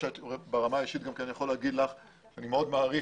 ברמה האישית אני יכול להגיד לך שאני מאוד מערך